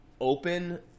open